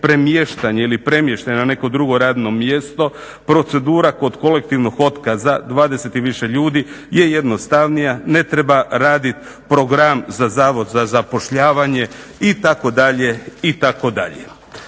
premještanje ili premještaj na neko drugo radno mjesto. Procedura kod kolektivnog otkaza 20 i više ljudi je jednostavnija, ne treba raditi program za Zavod za zapošljavanje itd.